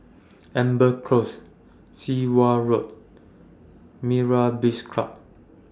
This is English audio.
Amber Close Sit Wah Road Myra's Beach Club